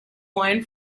wine